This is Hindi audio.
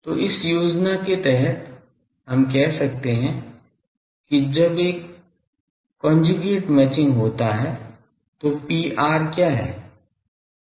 तो इस योजना के तहत हम कह सकते हैं कि जब यह कोंजूगेट मैचिंग होता है तो Pr क्या है